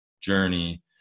journey